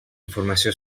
informació